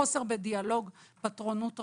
חוסר בדיאלוג ופטרונות רבה.